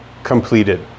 completed